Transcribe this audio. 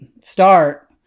start